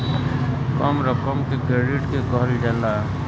कम रकम के क्रेडिट के कहल जाला